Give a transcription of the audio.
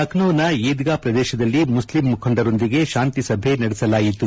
ಲಕ್ಷೋದ ಈದ್ಗಾ ಪ್ರದೇಶದಲ್ಲಿ ಮುಸ್ಲಿಂ ಮುಖಂಡರೊಂದಿಗೆ ಶಾಂತಿ ಸಭೆ ನಡೆಸಲಾಯಿತು